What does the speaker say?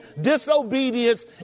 disobedience